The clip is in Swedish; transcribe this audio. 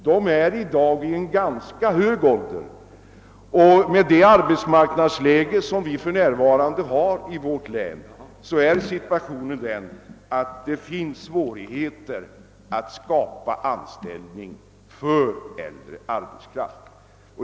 De har i dag uppnått en ganska hög ålder, och med det nuvarande ar betsmarknadsläget i länet föreligger svårigheter att anskaffa anställningar för äldre arbetskraft.